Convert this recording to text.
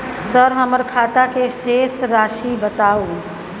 Sir हमर खाता के शेस राशि बताउ?